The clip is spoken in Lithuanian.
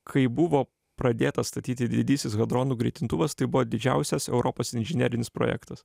kai buvo pradėtas statyti didysis hadronų greitintuvas tai buvo didžiausias europos inžinerinis projektas